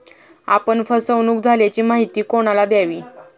आपण फसवणुक झाल्याची माहिती कोणाला द्यावी?